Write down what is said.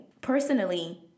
Personally